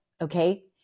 okay